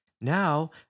Now